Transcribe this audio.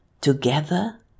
Together